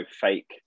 fake